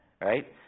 right